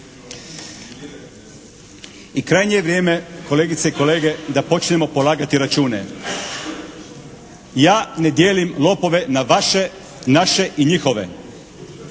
I krajnje je vrijeme kolegice i kolege, da počnemo polagati račune. Ja ne dijelim lopove na vaše, naše i njihove.